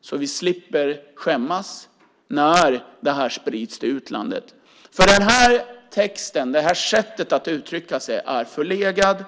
så vi slipper skämmas när det sprids till utlandet. Den här texten och det här sättet att uttrycka sig är förlegat.